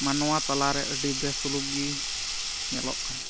ᱢᱟᱱᱣᱟ ᱛᱟᱞᱟᱨᱮ ᱟᱹᱰᱤ ᱵᱮᱥᱩᱞᱩᱠ ᱜᱮ ᱧᱮᱞᱚᱜ ᱠᱟᱱᱟ